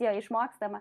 jo išmokstama